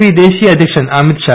P ദേശീയ അദ്ധ്യക്ഷൻ അമിത് ഷാ